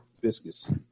biscuits